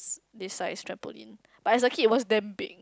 s~ this size trampoline but as a kid it was damn big